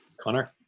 Connor